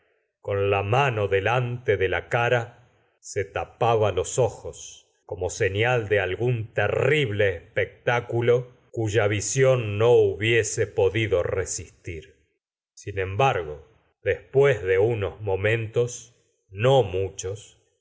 con de al lante de cara tapaba los ojos como señal de gún terrible espectáculo cuya visión no hubiese podido tragedias de sófocles resistir sin embargo después de unos momentos no muchos